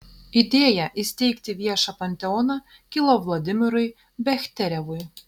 idėja įsteigti viešą panteoną kilo vladimirui bechterevui